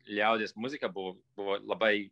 liaudies muzika buvo buvo labai